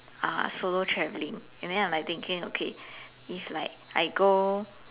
uh solo traveling and then I'm like thinking okay if like I go